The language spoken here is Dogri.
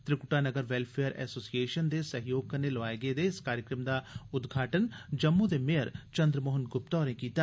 त्रिक्टा नगर वेलफेयर एसोसिएशन दे सहयोग कन्नै लोआए गेदे इस कार्यक्रम दा उदघाटन जम्मू दे मेयर चन्द्र मोहन ग्प्ता होरें कीता